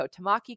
Tamaki